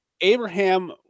Abraham